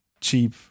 cheap